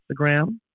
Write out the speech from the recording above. Instagram